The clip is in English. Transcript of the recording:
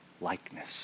likeness